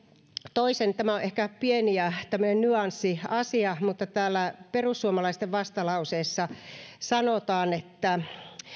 toisen asian tämä on ehkä pieni nyanssiasia mutta täällä perussuomalaisten vastalauseessa sanotaan että